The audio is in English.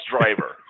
driver